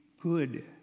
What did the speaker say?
good